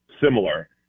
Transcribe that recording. similar